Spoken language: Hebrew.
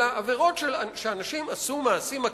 אלא עבירות שאנשים עשו מעשים אקטיביים,